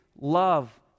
love